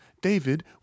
David